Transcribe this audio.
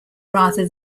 rather